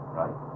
right